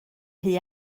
rhy